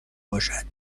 باشد